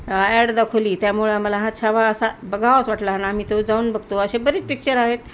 add दाखवली त्यामुळं आम्हाला हा छावा असा बघावंच वाटला अन आम्ही तो जाऊन बघतो असे बरेच पिक्चर आहेत